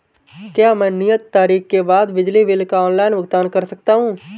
क्या मैं नियत तारीख के बाद बिजली बिल का ऑनलाइन भुगतान कर सकता हूं?